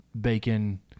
bacon